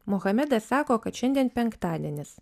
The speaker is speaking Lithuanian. muhamedas sako kad šiandien penktadienis